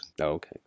Okay